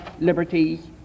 liberties